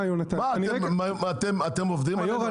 אתם עובדים עלינו?